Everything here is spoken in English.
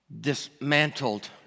dismantled